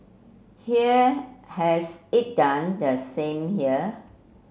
here has it done the same here